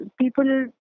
people